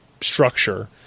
structure